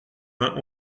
vingt